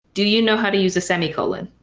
do you know how to use a semi-colon?